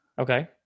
Okay